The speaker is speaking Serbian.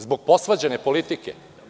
Zbog posvađane politike.